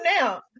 now